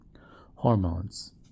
Hormones